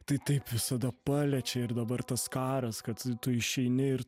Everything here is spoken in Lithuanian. tai taip visada paliečia ir dabar tas karas kad tu išeini ir